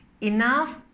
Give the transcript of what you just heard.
enough